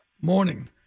Morning